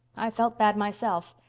i felt bad myself.